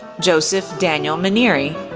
joseph daniel minieri,